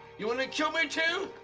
you want to kill me too?